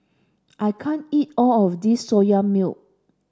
I can't eat all of this Soya Milk